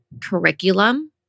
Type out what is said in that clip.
curriculum